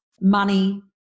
money